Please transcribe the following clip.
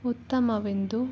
ಉತ್ತಮವೆಂದು